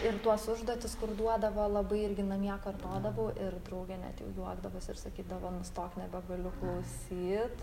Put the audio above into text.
ir tuos užduotis kur duodavo labai irgi namie kartodavau ir draugė net jau juokdavos ir sakydavo nustok nebegaliu klausyt